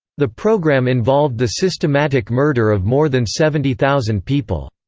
the program involved the systematic murder of more than seventy thousand people.